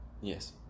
yes